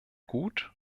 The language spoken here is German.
gut